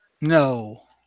No